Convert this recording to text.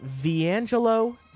Viangelo